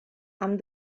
amb